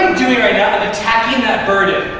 doing right now? i'm attacking ah burden.